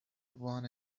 won